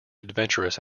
adventurous